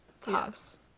Tops